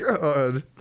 God